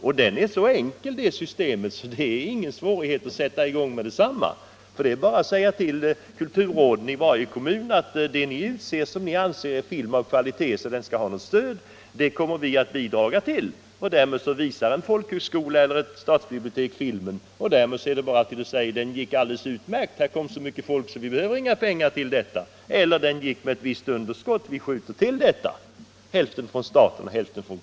Det systemet är så enkelt att det inte är någon svårighet att sätta i gång med verksamheten omedelbart. Det är bara att säga till kulturråden eller motsvarande organ i varje kommun att den film som ni anser vara värd ett kvalitetsstöd kommer vi att lämna bidrag till. Visas filmen sedan av en folkhögskola eller ett stadsbibliotek, kan kommunen antingen konstatera att det kom så många åskådare till filmen, att det inte behövs något bidrag till den, eller att den gick med ett visst underskott, varefter vi får skjuta till de pengar som behövs för att täcka detta.